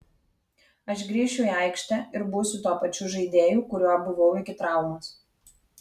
aš grįšiu į aikštę ir būsiu tuo pačiu žaidėju kuriuo buvau iki traumos